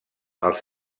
els